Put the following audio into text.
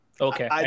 Okay